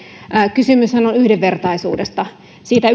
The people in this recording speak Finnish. kysymyshän on yhdenvertaisuudesta siitä